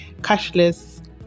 cashless